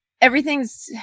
everything's